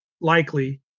likely